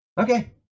Okay